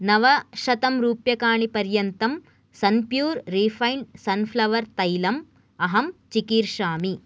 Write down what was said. नवशतंरूप्यकाणि पर्यन्तं Sunpure refined sunflower तैलम् अहं चिक्रीषामि